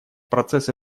процесс